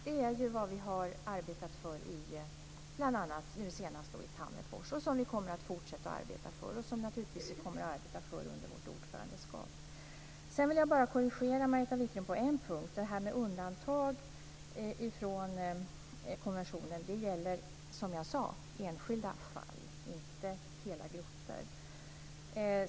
Det är vad vi arbetade för nu senast i Tammerfors, och det är vad vi kommer att fortsätta att arbeta för t.ex. under vårt ordförandeskap. Jag vill bara korrigera Margareta Viklund på en punkt. Undantag från konventionen gäller, som jag sade, enskilda fall - inte hela grupper.